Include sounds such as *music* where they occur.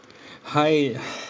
hi *breath*